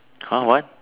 !huh! what